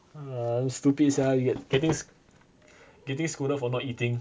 uh damn stupid sia you get getting getting scolded for not eating